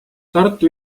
tartu